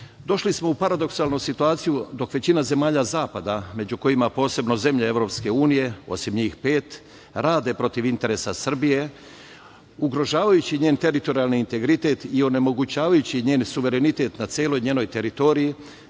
svetu. Došli smo u paradoksalnu situaciju, dok većina zemalja zapada, među kojima posebno zemlje EU, osim njih pet, rade protiv interesa Srbije, ugrožavajući njen teritorijalni integritet i onemogućavajući njen suverenitet na celoj njenoj teritoriji,